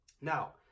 Now